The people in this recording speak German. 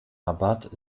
rabat